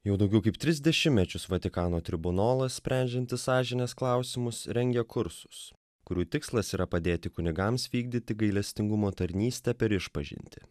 jau daugiau kaip tris dešimtmečius vatikano tribunolas sprendžianti sąžinės klausimus rengia kursus kurių tikslas yra padėti kunigams vykdyti gailestingumo tarnystę per išpažintį